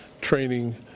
training